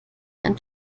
einen